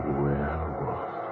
werewolf